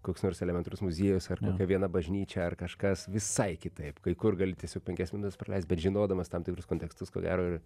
koks nors elementarus muziejus ar kokia viena bažnyčia ar kažkas visai kitaip kai kur gali tiesiog penkias minutes praleist bet žinodamas tam tikrus kontekstus ko gero ir